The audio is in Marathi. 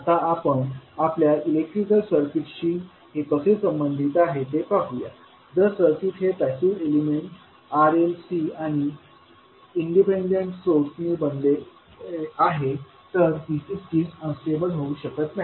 आता आपण आपल्या इलेक्ट्रिकल सर्किटशी हे कसे संबंधित आहे ते पाहूया जर सर्किट हे पॅसिव्ह एलिमेंट RLC आणि इंडिपेंडेंट सोर्स नी बनलेले आहे तर ही सिस्टीम अनस्टेबल होऊ शकत नाही